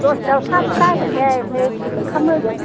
दसथायाव साहा फिथा होगोन दे ओमफ्राय ओंखाम होगोन